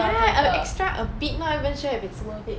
ya extra a bit not even sure if it's worth it